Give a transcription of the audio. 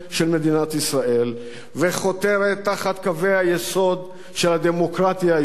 ישראל וחותרת תחת קווי היסוד של הדמוקרטיה הישראלית,